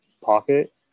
pocket